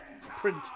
print